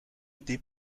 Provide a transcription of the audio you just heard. été